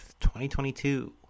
2022